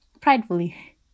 pridefully